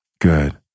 Good